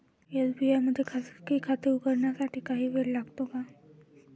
SBI मध्ये खाजगी खाते उघडण्यासाठी काही वेळ लागतो का?